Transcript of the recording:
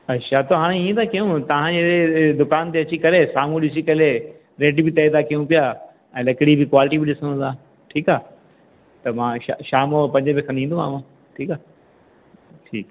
अच्छा त हाणे हीअं तां कयूं तव्हांजी दुकान ते अची करे साम्हूं ॾिसी करे रेट बि तय था कयूं पिया ऐं लकड़ी भी क्वालिटी बि ॾिसू था ठीकु आहे त मां श शाम जो पंजे ॿजे खनि ईंदोमांव ठीकु आहे ठीकु